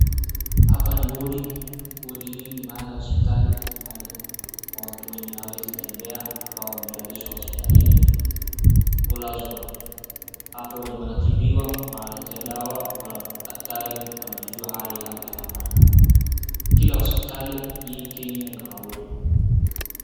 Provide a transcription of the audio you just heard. Hapa ni wodi, wodi hii ni mahali ya hospitali ambalo watu wenye hawawezi tembea ambao wamelalishwa hospitalini hulazwa. Hapo ndiyo wanatibiwa wanaletewa dawa daktari wanajau hali yao kila mara. Kila hospitali hii Kenya iko na wodi.